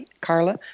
Carla